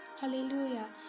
Hallelujah